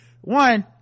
one